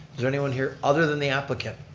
is there anyone here other than the applicant.